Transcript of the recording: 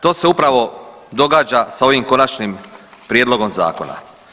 To se upravo događa sa ovim konačnim prijedlogom zakona.